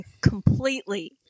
Completely